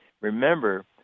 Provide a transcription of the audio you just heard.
Remember